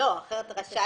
כי אחרת מה זה רשאי?